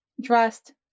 dressed